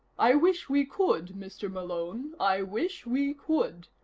i wish we could, mr. malone. i wish we could.